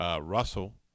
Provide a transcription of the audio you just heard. Russell